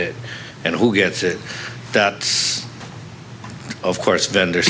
it and who gets it that is of course vendor